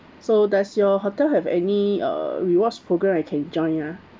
so does your hotel have any uh rewards program I can join ah